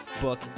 book